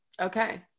Okay